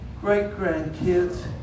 great-grandkids